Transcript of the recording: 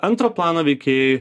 antro plano veikėjai